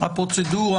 לפרוצדורה,